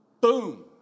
Boom